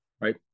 right